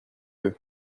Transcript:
eux